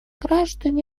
граждан